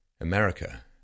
America